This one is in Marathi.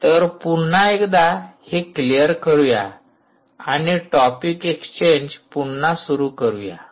तर पुन्हा एकदा हे क्लिअर करूया आणि टॉपिक एक्सचेंज पुन्हा सुरू करूया